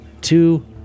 Two